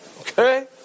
Okay